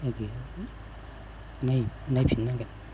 माइ गैयाबाबो नायफिननांगोन